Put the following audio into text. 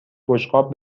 بشقاب